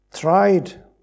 tried